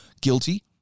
guilty